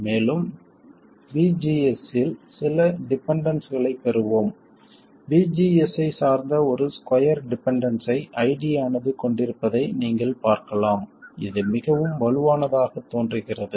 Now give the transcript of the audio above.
மேலும் VGS இல் சில டிபெண்டன்ஸ்ஸைகளைப் பெறுவோம் VGS ஐச் சார்ந்த ஒரு ஸ்கொயர் டிபெண்டன்ஸ்ஸை ID ஆனது கொண்டிருப்பதை நீங்கள் பார்க்கலாம் இது மிகவும் வலுவானதாகத் தோன்றுகிறது